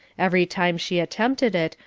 every time she attempted it,